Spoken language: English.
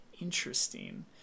Interesting